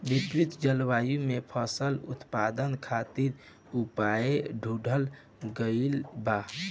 विपरीत जलवायु में फसल उत्पादन खातिर उपाय ढूंढ़ल गइल बा